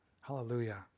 Hallelujah